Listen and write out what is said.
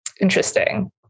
Interesting